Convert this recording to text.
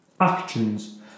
Actions